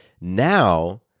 now